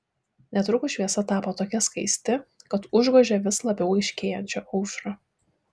netrukus šviesa tapo tokia skaisti kad užgožė vis labiau aiškėjančią aušrą